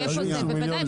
בוודאי,